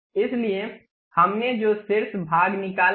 इसलिए हमने जो शीर्ष भाग निकाला है